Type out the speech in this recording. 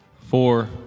four